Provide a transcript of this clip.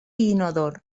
inodor